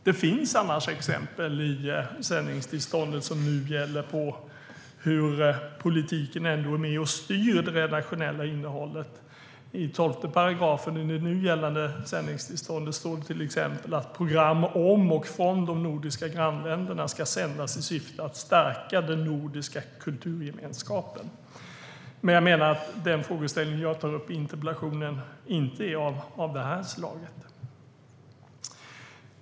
Det finns annars i det sändningstillstånd som nu gäller exempel på att politiken ändå är med och styr det redaktionella innehållet. I 12 § i det nu gällande sändningstillståndet står det till exempel att program om och från de nordiska grannländerna ska sändas i syfte att stärka den nordiska kulturgemenskapen. Jag menar dock att den frågeställning jag tar upp i interpellationen inte är av det slaget.